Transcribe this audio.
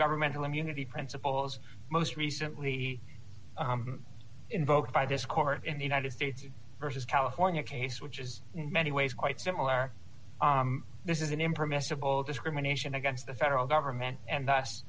intergovernmental immunity principles most recently invoked by this court in the united states versus california case which is in many ways quite similar this is an impermissible discrimination against the federal government and